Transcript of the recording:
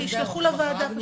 שישלחו לוועדה פשוט.